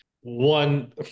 one